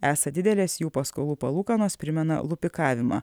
esą didelės jų paskolų palūkanos primena lupikavimą